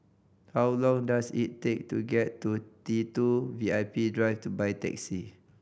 how long does it take to get to T Two V I P Drive by taxi